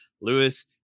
Lewis